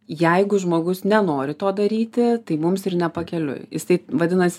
jeigu žmogus nenori to daryti tai mums ir ne pakeliui jisai vadinas